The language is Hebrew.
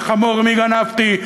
וחמור מי גנבתי,